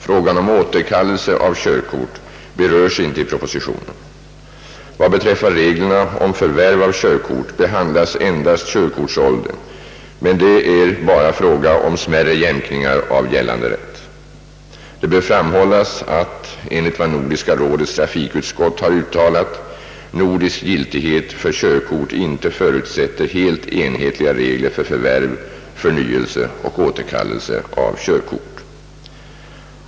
Frågan om återkallelse av körkort berörs inte i propositionen. Vad beträffar reglerna om förvärv av körkort behandlas endast körkortsåldern och det är bara fråga om smärre jämkningar av gällande rätt. Det bör framhållas, att enligt vad Nordiska rådets trafikutskott uttalat, nordisk giltighet för körkort inte förutsätter helt enhetliga regler för förvärv, förnyelse och återkallelse av körkort.